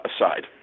aside